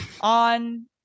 on